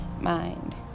mind